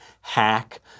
hack